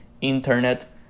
internet